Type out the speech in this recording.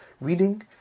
reading